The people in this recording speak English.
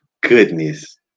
goodness